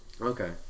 Okay